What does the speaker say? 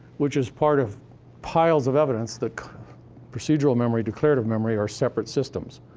which is part of piles of evidence that procedural memory, declarative memory are separate systems.